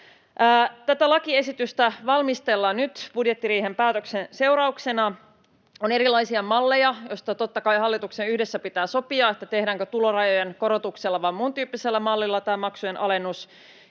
Tätä lakiesitystä valmistellaan nyt budjettiriihen päätöksen seurauksena. On erilaisia malleja, joista totta kai hallituksen yhdessä pitää sopia, tehdäänkö tulorajojen korotuksella vai muuntyyppisellä mallilla tämä maksujen alennus.